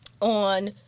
on